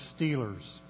Steelers